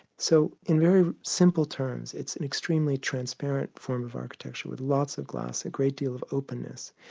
so in very simple terms it's an extremely transparent form of architecture with lots of glass, a great deal of openness.